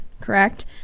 correct